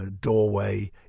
doorway